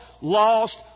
lost